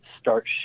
Start